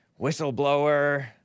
whistleblower